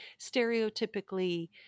stereotypically